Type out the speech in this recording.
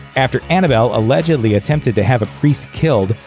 after annabelle allegedly attempted to have a priest killed,